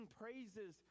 praises